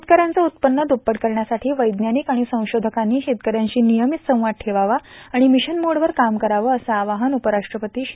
शेतकऱ्यांचे उत्पन्न द्रप्पट करण्यासाठी वैज्ञानिक आणि संशोधकांनी शेतकऱ्यांशी नियमित संवाद ठेवावा आणि मिशन मोड वर काम करावे असं आवाहन उपराष्ट्रपती श्री